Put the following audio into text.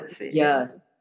Yes